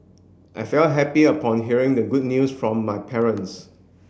I felt happy upon hearing the good news from my parents